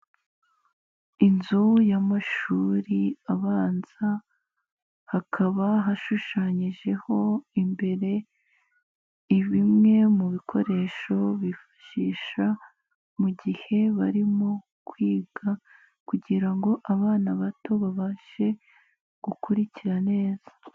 Inzu yamashuri abanza hakaba hashushanyijeho imbere bimwe mu bikoresho bifashisha mu gihe barimo kwiga kugira ngo abana bato babashe gukurikira neza.